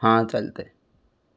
हा चालतं आहे